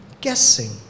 guessing